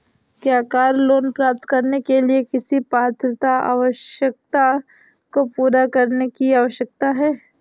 क्या car loan प्राप्त करने के लिए किसी पात्रता आवश्यकता को पूरा करने की आवश्यकता है?